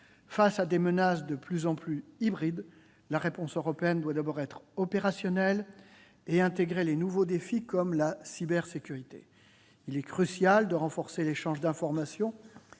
Face à des menaces de plus en plus hybrides, la réponse européenne doit d'abord être opérationnelle et intégrer les nouveaux défis, comme la cybersécurité. Il est crucial de renforcer l'échange d'informations